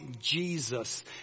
Jesus